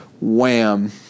wham